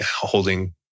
holding